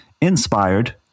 inspired